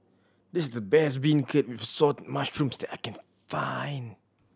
this is the best beancurd with Assorted Mushrooms that I can find